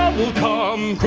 will come